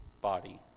body